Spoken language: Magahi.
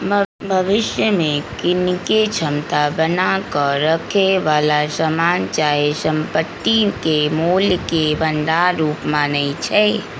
भविष्य में कीनेके क्षमता बना क रखेए बला समान चाहे संपत्ति के मोल के भंडार रूप मानइ छै